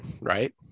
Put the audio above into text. right